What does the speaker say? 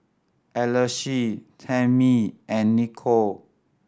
Alesha Tamie and Nichol